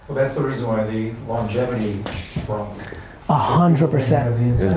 that's the reason why the longevity ah hundred percent. it